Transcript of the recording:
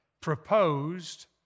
proposed